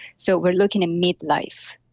so, we're looking at midlife,